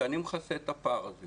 כי אני מכסה את הפער הזה